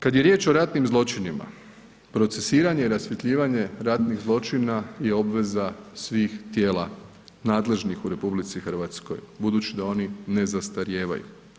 Kad je riječ o ratnim zločinima, procesuiranje i rasvjetljivanje ratnih zločina je obveza svih tijela nadležnih u RH budući da oni ne zastarijevaju.